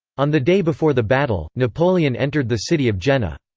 on the day before the battle, napoleon entered the city of jena.